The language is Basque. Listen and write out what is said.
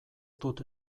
dut